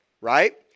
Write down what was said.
right